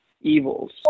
evils